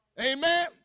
Amen